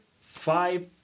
five